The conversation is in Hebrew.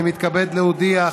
אני מתכבד להודיע,